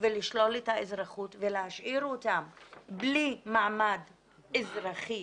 ולשלול את האזרחות ולהשאיר אותם בלי מעמד אזרחי